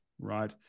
right